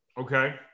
Okay